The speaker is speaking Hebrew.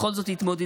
בכל זאת יתמודדו,